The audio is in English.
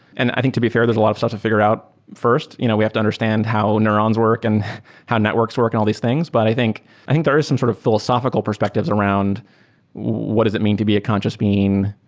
and i think, to be fair, there's a lot of stuff to fi gure out fi rst. you know we have to understand how neurons work and how networks work and all these things, but i think i think there is some sort of philosophical perspectives around what does it mean to be a conscious being.